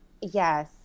Yes